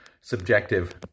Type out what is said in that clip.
subjective